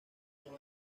son